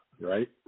right